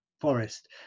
forest